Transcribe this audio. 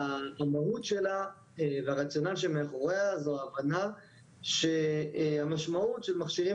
המהות שלה והרציונל שמאחוריה זאת ההבנה שהמשמעות של מכשירים